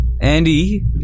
Andy